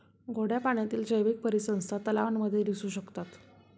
गोड्या पाण्यातील जैवीक परिसंस्था तलावांमध्ये दिसू शकतात